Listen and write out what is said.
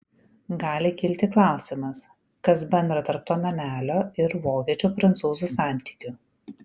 gali kilti klausimas kas bendro tarp to namelio ir vokiečių prancūzų santykių